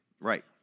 Right